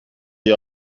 iyi